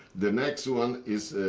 the next one is